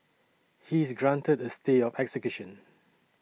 he is granted a stay of execution